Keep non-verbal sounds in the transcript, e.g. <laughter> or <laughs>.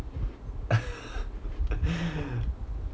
<laughs>